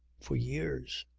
for years.